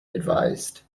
advised